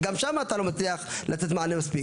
אז גם כן שיירשמו כאן כדי שנוכל לעשות את זה מסודר.